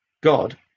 God